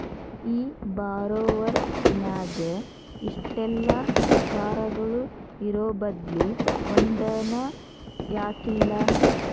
ಈ ಬಾರೊವರ್ಸ್ ನ್ಯಾಗ ಇಷ್ಟೆಲಾ ಪ್ರಕಾರಗಳು ಇರೊಬದ್ಲಿ ಒಂದನ ಯಾಕಿಲ್ಲಾ?